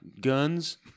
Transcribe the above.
guns